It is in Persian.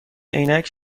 عینک